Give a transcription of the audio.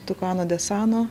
tukano desano